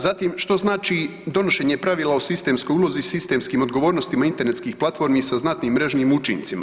Zatim, što znači donošenje pravila o sistemskoj ulozi i sistemskim odgovornostima internetskih platformi sa znatnim mrežnim učincima?